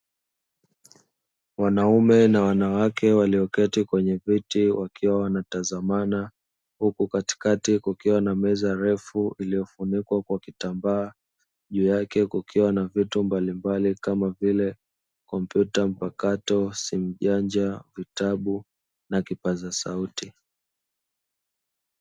Wanaume na wanawake walioketi kwenye viti wakiwa wanatazamana, huku katikati kukiwa na meza refu iliyofunikwa kwa kitambaa; juu yake kukiwa na vitu mbalimbali kama vile:kompyuta mpakato, simu janja, vitabu na kipaza sauti.